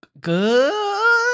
good